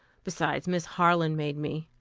besides, miss harland made me.